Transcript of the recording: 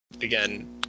again